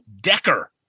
Decker